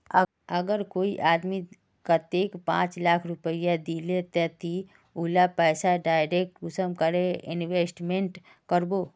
अगर कोई आदमी कतेक पाँच लाख रुपया दिले ते ती उला पैसा डायरक कुंसम करे इन्वेस्टमेंट करबो?